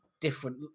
different